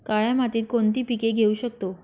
काळ्या मातीत कोणती पिके घेऊ शकतो?